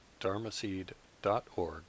dharmaseed.org